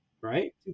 Right